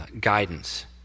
guidance